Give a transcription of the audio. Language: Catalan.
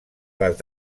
les